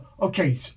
okay